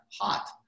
Hot